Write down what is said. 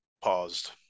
Paused